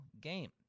game